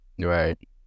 Right